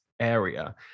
area